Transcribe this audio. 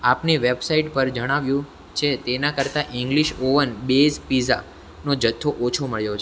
આપની વેબસાઈટ પર જણાવ્યું છે તેનાં કરતાં ઈંગ્લીશ ઓવન બેઝ પિઝાનો જથ્થો ઓછો મળ્યો છે